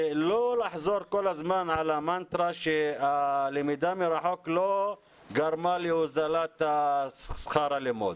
ולא לחזור כל הזמן על המנטרה שהלמידה מרחוק לא גרמה להוזלת שכר הלימוד.